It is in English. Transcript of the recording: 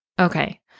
Okay